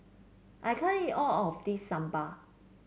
I can't eat all of this sambal